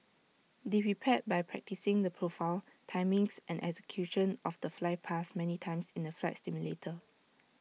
they prepared by practising the profile timings and execution of the flypast many times in the flight simulator